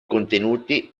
contenuti